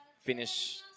finish